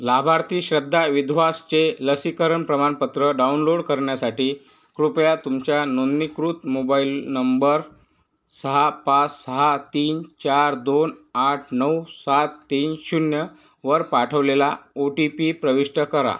लाभार्थी श्रद्धा विद्वांसचे लसीकरण प्रमाणपत्र डाउनलोड करण्यासाठी कृपया तुमच्या नोंदणीकृत मोबाइल नंबर सहा पाच सहा तीन चार दोन आठ नऊ सात तीन शून्यवर पाठवलेला ओ टी पी प्रविष्ट करा